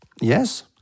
Yes